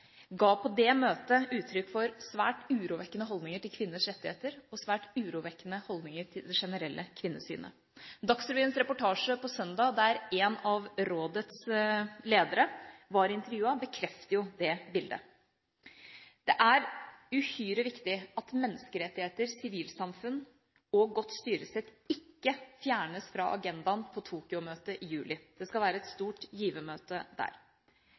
ga på det møtet uttrykk for svært urovekkende holdninger til kvinners rettigheter og svært urovekkende holdninger til det generelle kvinnesynet. Dagsrevyens reportasje på søndag, der en av rådets ledere ble intervjuet, bekrefter det bildet. Det er uhyre viktig at menneskerettigheter, sivilsamfunn og godt styresett ikke fjernes fra agenden på Tokyo-møtet i juli – det skal være et stort givermøte der.